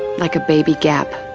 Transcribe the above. like a baby gap